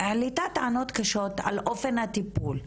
היא העלתה טענות קשות על אופן הטיפול,